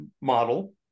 model